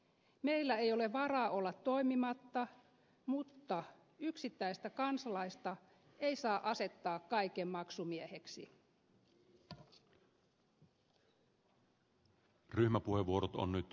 meillä ei ole varaa olla toimimatta mutta yksittäistä kansalaista ei saa asettaa kaiken maksumieheksi